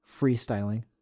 freestyling